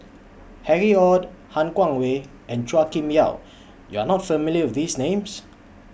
Harry ORD Han Guangwei and Chua Kim Yeow YOU Are not familiar with These Names